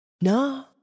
No